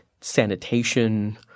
sanitation